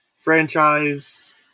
franchise